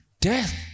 death